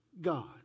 God